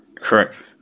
Correct